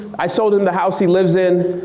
i sold him the house he lives in.